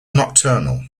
nocturnal